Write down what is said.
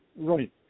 Right